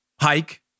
hike